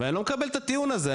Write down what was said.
ואני לא מקבל את הטיעון הזה,